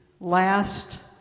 last